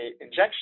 injection